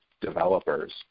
developers